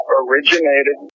originated